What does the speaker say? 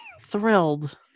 thrilled